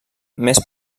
més